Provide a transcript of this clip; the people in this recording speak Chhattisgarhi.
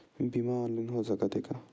बीमा ऑनलाइन हो सकत हे का?